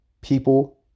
people